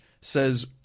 says –